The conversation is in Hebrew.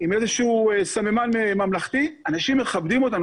עם איזשהו סממן ממלכתי, אנשים מכבדים אותנו.